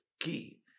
key